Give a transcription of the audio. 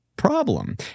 problem